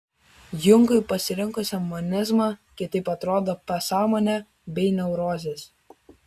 jungui pasirinkusiam monizmą kitaip atrodo pasąmonė bei neurozės